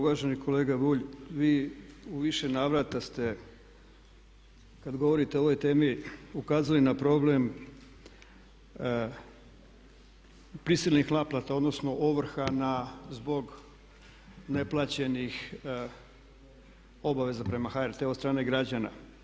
Uvaženi kolega Bulj, vi u više navrata ste kada govorite o ovoj temi ukazuje na problem prisilnih naplata, odnosno ovrha na, zbog neplaćenih obaveza prema HRT-u od strane građana.